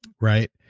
Right